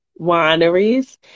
wineries